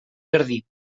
jardí